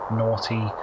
naughty